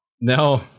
No